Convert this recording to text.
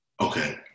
Okay